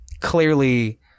clearly